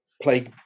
play